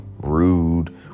rude